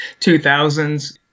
2000s